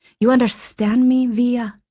you understand me, via?